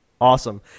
Awesome